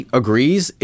agrees